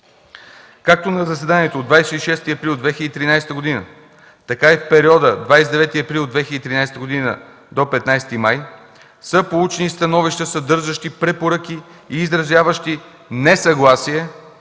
Както на заседанието от 26 април 2013 г., така и в периода 29 април 2013 г. – 15 май 2013 г. са получени становища, съдържащи препоръки и изразяващи несъгласие